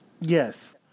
Yes